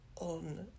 on